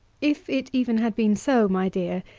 if it even had been so, my dear,